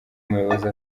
muyobozi